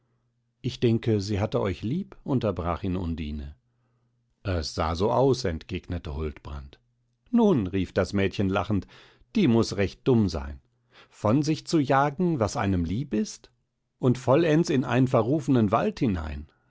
ich denke sie hatte euch lieb unterbrach ihn undine es sah so aus entgegnete huldbrand nun rief das mädchen lachend die muß recht dumm sein von sich zu jagen was einem lieb ist und vollends in einen verrufnen wald hinein